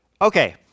Okay